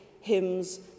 hymns